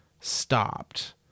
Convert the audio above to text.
stopped